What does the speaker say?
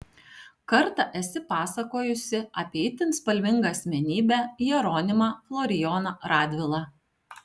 kartą esi pasakojusi apie itin spalvingą asmenybę jeronimą florijoną radvilą